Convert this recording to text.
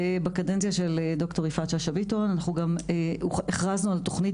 בקדנציה של ד"ר יפעת שאשא ביטון אנחנו הכרזנו על תוכנית